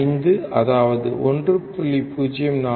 5 அதாவது 1